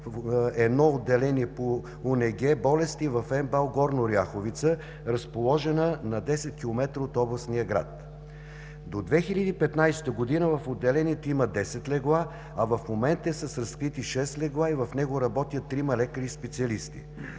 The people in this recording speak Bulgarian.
едно отделение по УНГ болести в МБАЛ Горна Оряховица, разположено на 10 км от областния град. До 2015 г. в отделението има десет легла, а в момента са с разкрити шест легла и в него работят трима лекари специалисти.